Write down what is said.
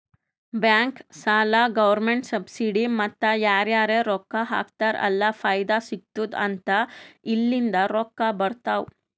bank, ಸಾಲ, government subsidy ಮತ್ತ ಯಾರರೇ ರೊಕ್ಕಾ ಹಾಕ್ತಾರ್ ಅಲ್ಲ ಫೈದಾ ಸಿಗತ್ತುದ್ ಅಂತ ಇಲ್ಲಿಂದ್ ರೊಕ್ಕಾ ಬರ್ತಾವ್